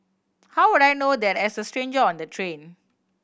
how would I know that as a stranger on the train